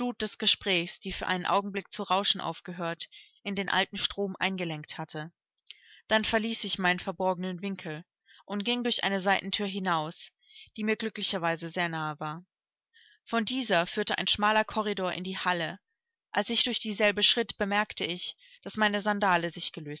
des gesprächs die für einen augenblick zu rauschen aufgehört in den alten strom eingelenkt hatte dann verließ ich meinen verborgenen winkel und ging durch eine seitenthür hinaus die mir glücklicherweise sehr nahe war von dieser führte ein schmaler korridor in die halle als ich durch dieselbe schritt bemerkte ich daß meine sandale sich